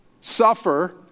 suffer